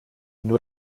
nur